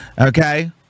okay